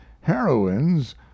heroines